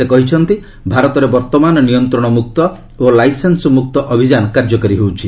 ସେ କହିଛନ୍ତି ଭାରତରେ ବର୍ତ୍ତମାନ ନିୟନ୍ତ୍ରଣମୁକ୍ତ ଓ ଲାଇସେନ୍ନମୁକ୍ତ ଅଭିଯାନ କାର୍ଯ୍ୟକାରୀ ହେଉଛି